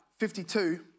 52